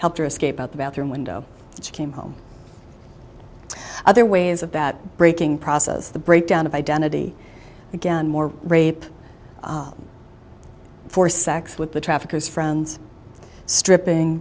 helped her escape out the bathroom window and she came home other ways about breaking process the breakdown of identity again more rape for sex with the traffickers friends stripping